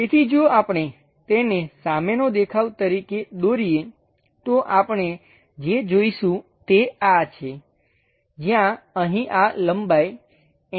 તેથી જો આપણે તેને સામેનો દેખાવ તરીકે દોરીએ તો આપણે જે જોઈશું તે આ છે જ્યાં અહીં આ લંબાઈ 80 છે